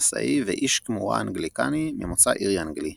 מסאי ואיש כמורה אנגליקני, ממוצא אירי-אנגלי.